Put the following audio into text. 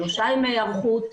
שלושה ימי היערכות.